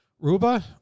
Ruba